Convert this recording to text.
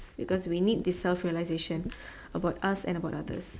because we need the self realisation about us and about others